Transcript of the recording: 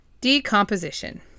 Decomposition